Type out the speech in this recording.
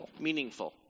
meaningful